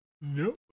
Nope